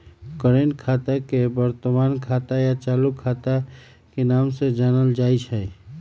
current खाता के वर्तमान खाता या चालू खाता के नाम से जानल जाई छई